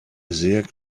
sehr